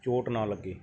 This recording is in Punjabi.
ਚੋਟ ਨਾ ਲੱਗੇ